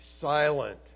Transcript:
silent